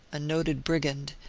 a noted brigand,